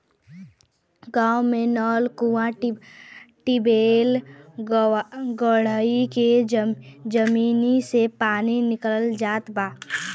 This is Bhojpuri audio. गांव में नल, कूंआ, टिबेल गड़वाई के जमीनी से पानी निकालल जात बा